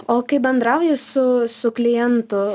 o kai bendrauji su su klientu